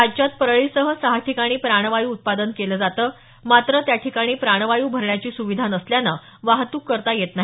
राज्यात परळीसह सहा ठिकाणी प्राणवायू उत्पादन केलं जातं मात्र त्याठिकाणी प्राणवायू भरण्याची सुविधा नसल्यानं वाहत्क करता येत नाही